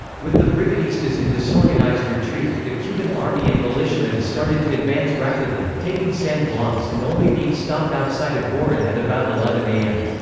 with the brigadistas in disorganized retreat, the cuban army and militiamen started to advance rapidly, taking san blas and only being stopped outside of giron at about eleven am.